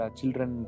children